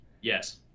Yes